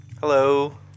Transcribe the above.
Hello